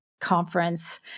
conference